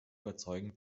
überzeugend